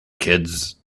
kids